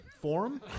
forum